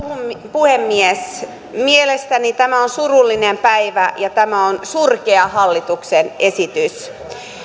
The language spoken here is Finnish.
puhemies mielestäni tämä on surullinen päivä ja tämä on surkea hallituksen esitys